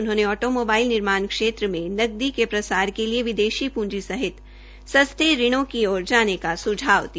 उन्होंने automobile निर्माण क्षेत्र में नकदी के प्रसार के लिए विदेशी पूंजी सहित सस्ते ऋणों की ओर जाने का सुझाव दिया